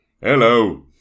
hello